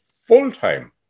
full-time